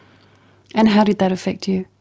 and how did that affect you?